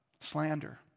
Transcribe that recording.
slander